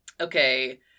Okay